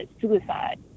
suicide